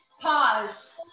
Pause